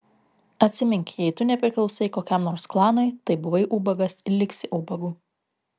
atsimink jei tu nepriklausai kokiam nors klanui tai buvai ubagas ir liksi ubagu